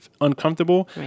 uncomfortable